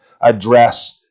address